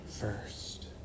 first